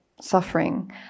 suffering